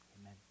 amen